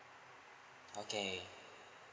okay